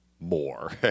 more